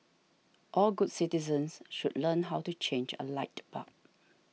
all good citizens should learn how to change a light bulb